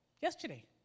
yesterday